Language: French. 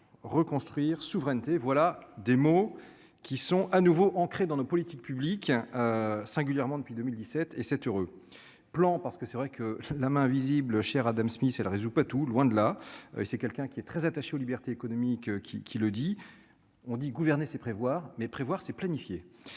reconstruire souveraineté, voilà des mots qui sont à nouveau ancré dans nos politiques publiques singulièrement depuis 2017 et sept heures plan parce que c'est vrai que la main invisible cher Adam Smith, elle résout pas tout, loin de là, c'est quelqu'un qui est très attaché aux libertés économiques qui qui le dit, on dit gouverner c'est prévoir, mais prévoir c'est planifié